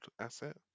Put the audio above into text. asset